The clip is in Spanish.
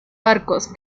arcos